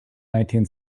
nineteen